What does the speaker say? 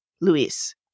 Luis